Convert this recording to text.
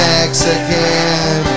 Mexican